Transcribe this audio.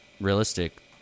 realistic